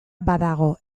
badago